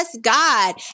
God